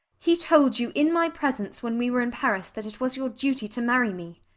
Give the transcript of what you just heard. he told you, in my presence, when we were in paris, that it was your duty to marry me.